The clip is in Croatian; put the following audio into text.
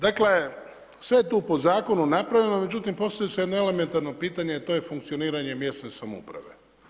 Dakle, sve je tu po zakonu napravljeno, međutim, postavlja se jedno elementarno pitanje, a to je funkcioniranje mjesne samouprave.